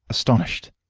astonished.